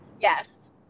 yes